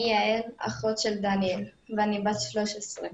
אני יעל, אחות של דניאל ואני בת שלוש עשרה.